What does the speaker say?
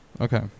Okay